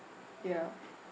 ya